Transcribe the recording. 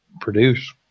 produce